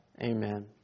Amen